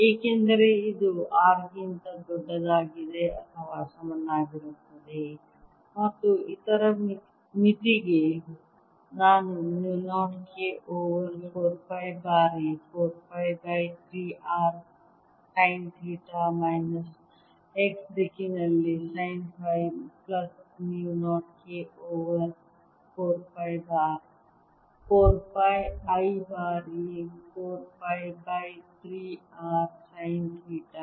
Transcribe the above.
ಏಕೆಂದರೆ ಇದು R ಗಿಂತ ದೊಡ್ಡದಾಗಿದೆ ಅಥವಾ ಸಮನಾಗಿರುತ್ತದೆ ಮತ್ತು ಇತರ ಮಿತಿಗೆ ನಾನು ಮ್ಯೂ 0 K ಓವರ್ 4 ಪೈ ಬಾರಿ 4 pi by 3 r sine theta minus x ದಿಕ್ಕಿನಲ್ಲಿ sine phi plus mu 0 K over 4 ಪೈi ಬಾರಿ 4 pi by 3 r sine theta